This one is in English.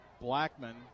Blackman